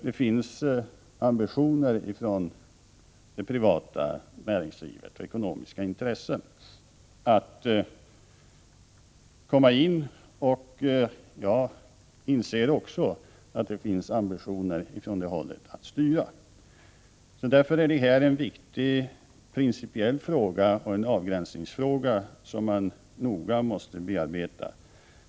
Det privata näringslivet har ambitioner och ekonomiska intressen av att komma in. Jag inser också att det finns ambitioner från det hållet att styra. Därför är detta en viktig principiell fråga och en avgränsningsfråga som man noga måste bearbeta.